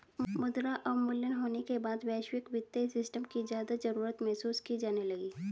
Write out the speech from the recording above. मुद्रा अवमूल्यन होने के बाद वैश्विक वित्तीय सिस्टम की ज्यादा जरूरत महसूस की जाने लगी